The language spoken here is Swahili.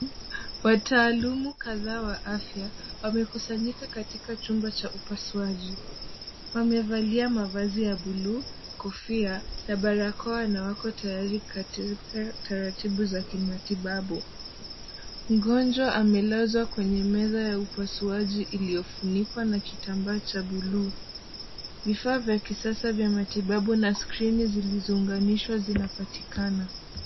Wataalamu kadhaa wa afya, wamekusanyika katika chumba cha upasuaji. Wamevalia mavazi ya bluu, kofia na barakoa na wako tayari katika taratibu za kimatibabu. Mgonjwa amelazwa kwenye meza ya upasuaji iliyofunikwa na kitambaa cha bluu. Vifaa vya kisasa vya matibabu na skrini zilizounganishwa zinapatikana.